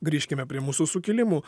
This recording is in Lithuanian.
grįžkime prie mūsų sukilimų